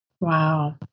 Wow